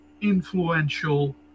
influential